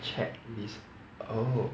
checklist oh